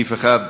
סעיף אחד.